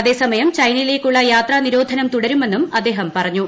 അതേസമയം ചൈനയിലേക്കുള്ള യാത്രാ നിരോധനം തുടരുമെന്നും അദ്ദേഹം പറഞ്ഞു